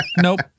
Nope